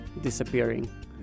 disappearing